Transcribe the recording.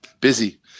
Busy